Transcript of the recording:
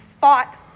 fought